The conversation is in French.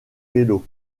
vélos